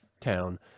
town